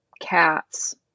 Cats